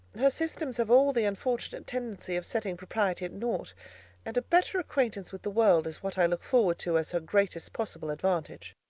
her systems have all the unfortunate tendency of setting propriety at nought and a better acquaintance with the world is what i look forward to as her greatest possible advantage.